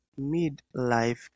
midlife